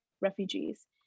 refugees